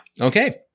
Okay